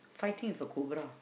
fighting with a cobra